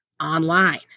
online